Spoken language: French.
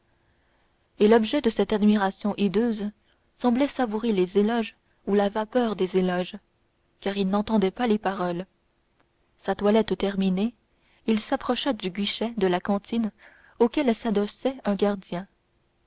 et l'objet de cette admiration hideuse semblait savourer les éloges ou la vapeur des éloges car il n'entendait pas les paroles sa toilette terminée il s'approcha du guichet de la cantine auquel s'adossait un gardien